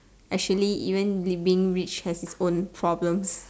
actually living rich has it own problems